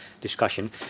discussion